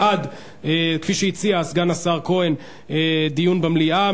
בעד, כפי שהציע סגן השר כהן, דיון במליאה.